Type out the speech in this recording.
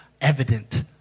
evident